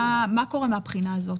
מה קורה מן הבחינה הזאת?